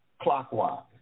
clockwise